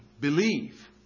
Believe